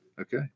Okay